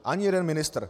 Ani jeden ministr!